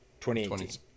2018